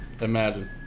Imagine